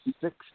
six